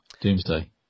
Doomsday